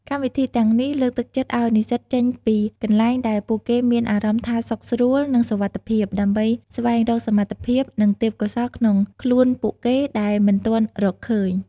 កម្មវិធីទាំងនេះលើកទឹកចិត្តឲ្យនិស្សិតចេញពីកន្លែងដែលពួកគេមានអារម្មណ៍ថាសុខស្រួល និងសុវត្ថិភាព ដើម្បីស្វែងរកសមត្ថភាព និងទេព្យកោសល្យក្នុងខ្លួនពួកគេ ដែលមិនទាន់រកឃើញ។